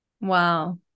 Wow